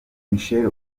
michelle